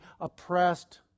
oppressed